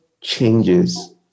changes